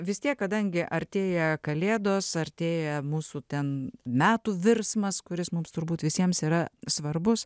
vis tiek kadangi artėja kalėdos artėja mūsų ten metų virsmas kuris mums turbūt visiems yra svarbus